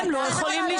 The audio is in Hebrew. אין בעיה.